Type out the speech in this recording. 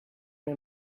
one